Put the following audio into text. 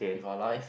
with our life